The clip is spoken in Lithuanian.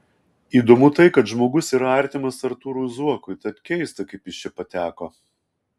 įdomu tai kad žmogus yra artimas artūrui zuokui tad keista kaip jis čia pateko